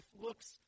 looks